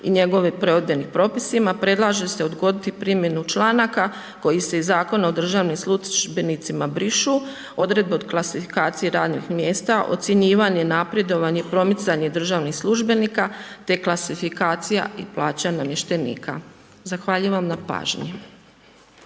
i njegove prodajnim propisima, predlaže se odgoditi primjenu članaka koji se Zakon o državnim službenicima brišu odredba o klasifikacije radnih mjesta, ocjenjivanje, napredovanje, promicanje državnih službenika, te klasifikacija i plaća namještenika. Zahvaljujem na pažnji.